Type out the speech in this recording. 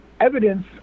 evidence